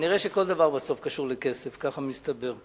כנראה כל דבר בסוף קשור לכסף, ככה מסתבר.